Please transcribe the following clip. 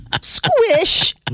Squish